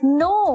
no